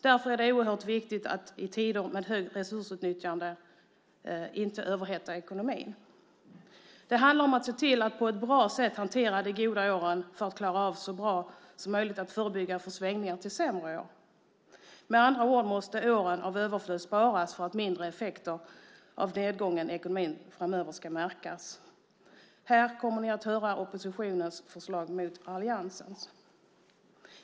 Därför är det oerhört viktigt att i tider med ett högt resursutnyttjande inte överhetta ekonomin. Det handlar om att se till att man på ett bra sätt hanterar de goda åren för att så bra som möjligt klara av att förebygga för svängningar till sämre år. Med andra ord måste man under år av överflöd spara för att mildra effekterna av nedgången i ekonomin framöver. Här kommer ni att höra oppositionens förslag mot alliansens.